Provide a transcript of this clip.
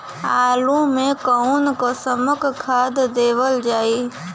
आलू मे कऊन कसमक खाद देवल जाई?